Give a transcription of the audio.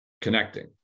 connecting